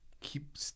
Keep